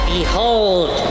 Behold